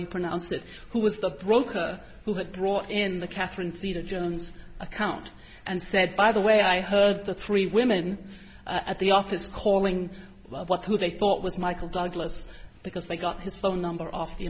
you pronounce it who was the broker who had brought in the catherine zeta jones account and said by the way i heard the three women at the office calling what who they thought was michael douglas because they got his phone number off the